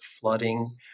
flooding